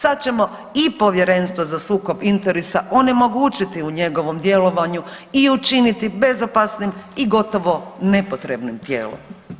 Sad ćemo i Povjerenstvo za sukob interesa onemogućiti u njegovom djelovanju i učiniti bezopasnim i gotovo nepotrebnim tijelom.